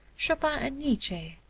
chopin and nietzsche,